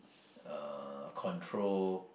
uh control